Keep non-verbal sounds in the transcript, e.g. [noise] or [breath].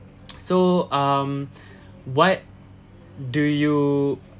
[noise] so um [breath] what do you